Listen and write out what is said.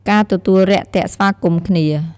ការទទួលរាក់ទាក់ស្វាគមន៍គ្នា។